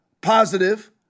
positive